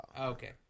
okay